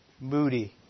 moody